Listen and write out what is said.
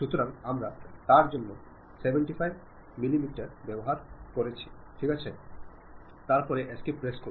সুতরাং আমরা তার জন্য 75 মিলিমিটার ব্যবহার করছি ঠিক আছে তারপরে এস্কেপ প্রেস করুন